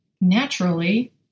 naturally